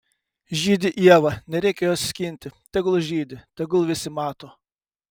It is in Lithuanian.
žydi ieva nereikia jos skinti tegul žydi tegul visi mato